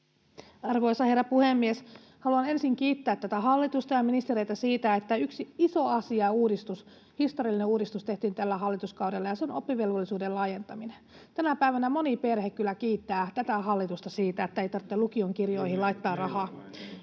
Arvoisa herra puhemies! Haluan ensin kiittää tätä hallitusta ja ministereitä siitä, että yksi iso asia ja uudistus, historiallinen uudistus, tehtiin tällä hallituskaudella, ja se on oppivelvollisuuden laajentaminen. Tänä päivänä moni perhe kyllä kiittää tätä hallitusta siitä, että ei tarvitse lukion kirjoihin laittaa rahaa.